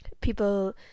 people